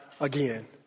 again